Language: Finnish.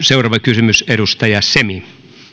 seuraava kysymys edustaja semi